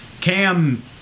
Cam